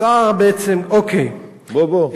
בוא, בוא.